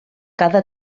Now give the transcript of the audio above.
cada